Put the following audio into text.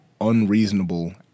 unreasonable